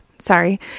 Sorry